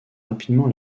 rapidement